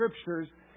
scriptures